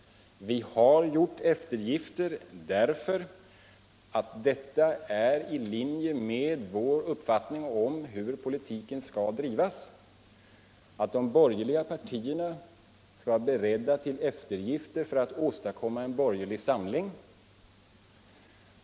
Vi har gjort eftergifter därför att detta är i linje med vår uppfattning om hur politiken skall drivas: att de borgerliga partierna skall vara beredda till eftergifter för att åstadkomma en borgerlig samling.